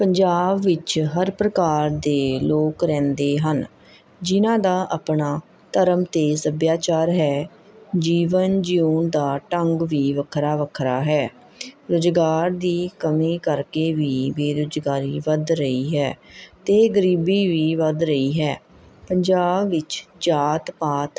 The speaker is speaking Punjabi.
ਪੰਜਾਬ ਵਿੱਚ ਹਰ ਪ੍ਰਕਾਰ ਦੇ ਲੋਕ ਰਹਿੰਦੇ ਹਨ ਜਿਨ੍ਹਾਂ ਦਾ ਆਪਣਾ ਧਰਮ ਅਤੇ ਸੱਭਿਆਚਾਰ ਹੈ ਜੀਵਨ ਜਿਉਣ ਦਾ ਢੰਗ ਵੀ ਵੱਖਰਾ ਵੱਖਰਾ ਹੈ ਰੁਜ਼ਗਾਰ ਦੀ ਕਮੀ ਕਰਕੇ ਵੀ ਬੇਰੁਜ਼ਗਾਰੀ ਵੱਧ ਰਹੀ ਹੈ ਅਤੇ ਗਰੀਬੀ ਵੀ ਵੱਧ ਰਹੀ ਹੈ ਪੰਜਾਬ ਵਿੱਚ ਜਾਤ ਪਾਤ